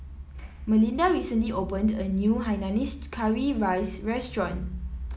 Melinda recently opened a new Hainanese Curry Rice restaurant